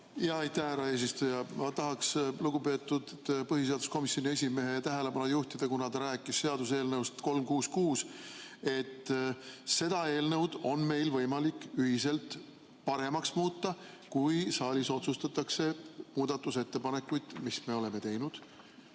Aitäh, härra eesistuja! Ma tahaks lugupeetud põhiseaduskomisjoni esimehe tähelepanu juhtida, kuna ta rääkis seaduseelnõust 366, et seda eelnõu on meil võimalik ühiselt paremaks muuta, kui saalis otsustatakse muudatusettepanekuid, mis me oleme teinud,